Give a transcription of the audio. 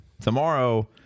tomorrow